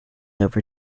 over